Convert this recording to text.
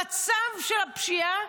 המצב של הפשיעה,